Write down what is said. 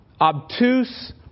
obtuse